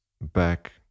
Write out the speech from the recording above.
back